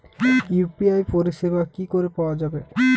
UPI পরিষেবা কি করে পাওয়া যাবে?